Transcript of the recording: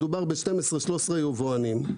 מדובר ב-13,12 יבואנים,